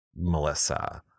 Melissa